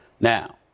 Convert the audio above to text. Now